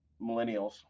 millennials